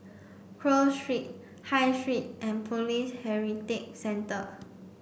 Cross Street High Street and Police Heritage Centre